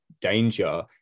danger